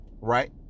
Right